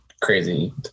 crazy